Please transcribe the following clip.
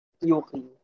Yuki